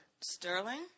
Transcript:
Sterling